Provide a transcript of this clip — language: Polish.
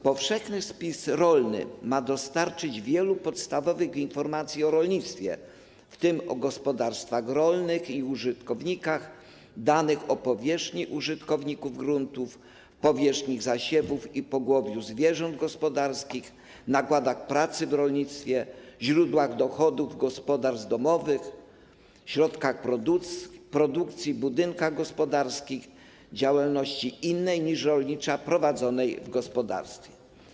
Powszechny spis rolny ma dostarczyć wielu podstawowych informacji o rolnictwie, w tym o gospodarstwach rolnych i użytkownikach, danych o powierzchni użytkowników gruntów, powierzchni zasiewów i pogłowiu zwierząt gospodarskich, nakładach pracy w rolnictwie, źródłach dochodów gospodarstw domowych, środkach produkcji, budynkach gospodarskich, działalności innej niż rolnicza prowadzonej w gospodarstwie.